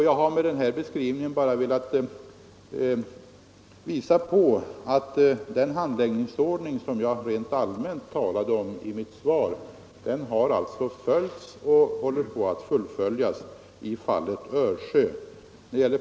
Jag har med den här beskrivningen bara velat visa att den handläggningsordning som jag rent allmänt talat om i mitt svar har följts och håller på att fullföljas i fallet Örsjö.